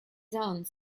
zoned